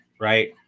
Right